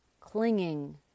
clinging